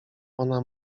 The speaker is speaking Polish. ona